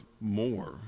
more